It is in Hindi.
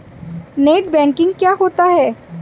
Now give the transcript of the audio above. नेट बैंकिंग क्या होता है?